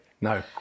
No